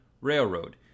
Railroad